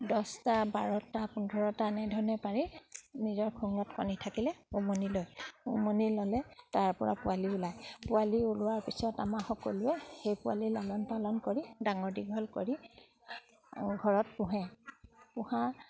দহটা বাৰটা পোন্ধৰটা এনেধৰণে পাৰি নিজৰ খোঙত কণী থাকিলে উমনি লয় উমনি ল'লে তাৰপৰা পোৱালি ওলায় পোৱালি ওলোৱাৰ পিছত আমাৰ সকলোৱে সেই পোৱালি লালন পালন কৰি ডাঙৰ দীঘল কৰি ঘৰত পোহে পোহা